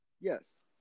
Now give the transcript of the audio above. Yes